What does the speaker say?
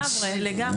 לגמרי.